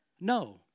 No